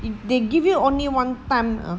if they give you only one time uh